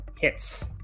hits